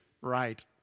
Right